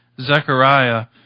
Zechariah